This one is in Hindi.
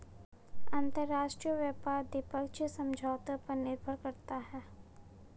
अंतरराष्ट्रीय व्यापार द्विपक्षीय समझौतों पर निर्भर करता है